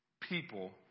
people